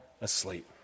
asleep